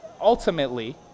ultimately